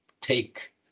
take